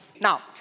Now